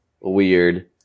weird